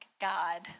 God